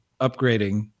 upgrading